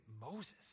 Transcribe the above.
Moses